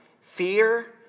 fear